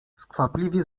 skwapliwie